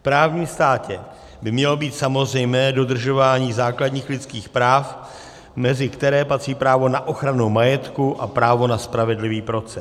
V právním státě by mělo být samozřejmé dodržování základních lidských práv, mezi které patří právo na ochranu majetku a právo na spravedlivý soudní proces.